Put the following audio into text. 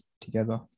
together